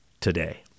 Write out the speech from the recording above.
today